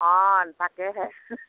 অঁ তাকেহে